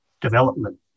development